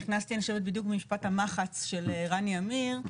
נכנסתי אני חושבת בדיוק במשפט המחץ של רני עמיר,